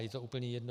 Je to úplně jedno.